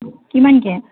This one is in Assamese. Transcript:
কিমানকৈ